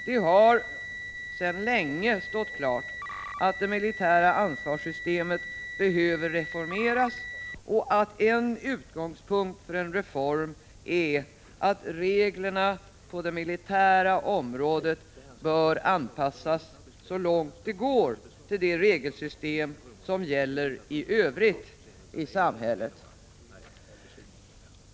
Det har sedan länge stått klart att det militära ansvarssystemet behöver reformeras och att en utgångspunkt för en reform är att reglerna på det militära området så långt det går bör anpassas till det regelsystem som gäller i samhället i övrigt.